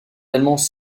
allemands